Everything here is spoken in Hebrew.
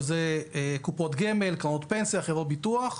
שזה קופות גמל, קרנות פנסיה, חברות ביטוח.